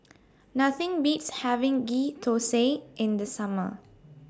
Nothing Beats having Ghee Thosai in The Summer